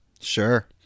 Sure